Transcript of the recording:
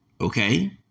Okay